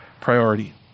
priority